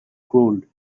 gold